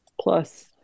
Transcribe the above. plus